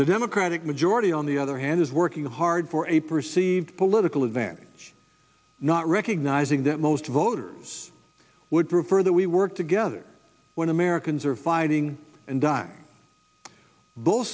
the democratic majority on the other hand is working hard for a perceived political advantage not recognizing that most voters would prefer that we work together when americans are fighting and die both